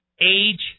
age